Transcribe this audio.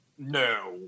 no